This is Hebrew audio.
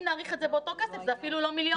אם נאריך את זה באותו כסף זה אפילו לא מיליון.